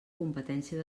competència